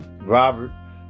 Robert